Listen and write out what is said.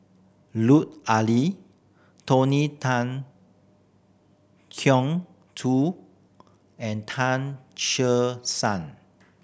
Lut Ali Tony Tan Keng Joo and Tan Che Sang